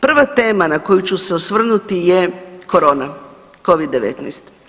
Prva tema na koju ću se osvrnuti je korona, Covid-19.